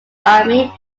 army